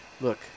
look